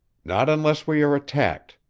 not unless we are attacked,